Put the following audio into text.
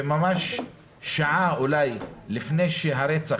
וממש שעה אולי לפני שהרצח,